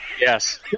Yes